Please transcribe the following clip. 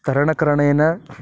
तरणकरणेन